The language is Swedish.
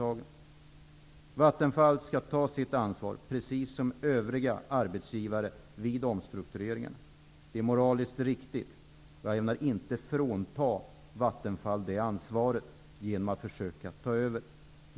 Vattenfall skall vid omstruktureringen ta sitt ansvar precis som övriga arbetsgivare. Det är moraliskt riktigt. Jag ämnar inte frånta Vattenfall det ansvaret genom att försöka ta över det.